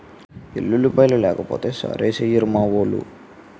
ఎల్లుల్లిపాయలు లేకపోతే సారేసెయ్యిరు మావోలు